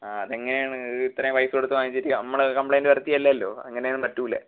ആ അത് എങ്ങനെയാണ് ഇത് ഇത്രയും പൈസ കൊടുത്ത് വാങ്ങിച്ചിട്ട് നമ്മൾ കംപ്ലെയിൻറ് വരുത്തിയതല്ലല്ലോ അങ്ങനെയൊന്നും പറ്റില്ല